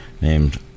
named